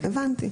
הבנתי.